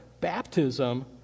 Baptism